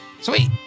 Sweet